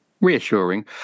reassuring